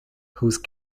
whose